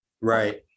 Right